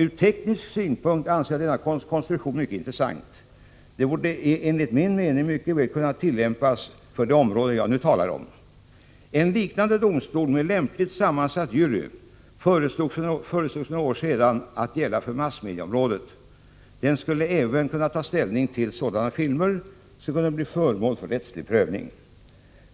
Ur teknisk synpunkt anser jag denna konstruktion mycket intressant. Den borde enligt min mening mycket väl kunna tillämpas för det område jag nu talar om. En liknande domstol, med lämpligt sammansatt jury, föreslogs för några år sedan att gälla för massmedieområdet. Den skulle även kunna ta ställning till sådana filmer, som kunde bli föremål för rättslig prövning.